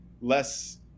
less